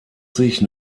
sich